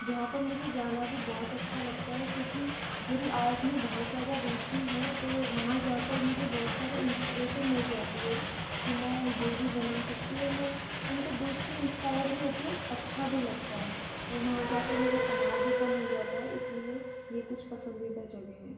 जहाँ पर मुझे जाना भी बहुत अच्छा लगता है क्योंकि मेरी आर्ट में बहुत ज़्यादा रुचि है तो वहाँ जाकर मुझे बहुत सारी इंस्पिरेशन मिल जाती है कि मैं ये भी बना सकती हूँ और मैं उनको देखकर इन्स्पायर भी होती हूँ अच्छा भी लगता है और वहाँ जाकर मेरा तनाव भी कम हो जाता है इसलिए ये कुछ पसंदीदा जगह हैं